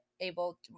able